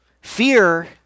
Fear